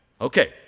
Okay